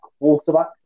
quarterback